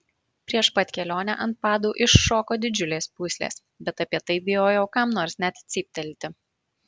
prieš pat kelionę ant padų iššoko didžiulės pūslės bet apie tai bijojau kam nors net cyptelti